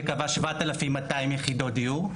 שקבעה 7200 יח' דיור,